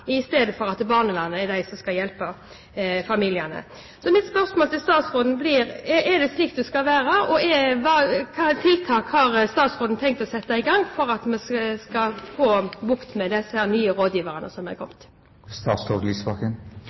i stedet for at det er barnevernet som skal hjelpe familiene. Så mitt spørsmål til statsråden blir: Er det slik det skal være? Og hvilke tiltak har statsråden tenkt å sette i gang for at vi skal få bukt med disse nye rådgiverne som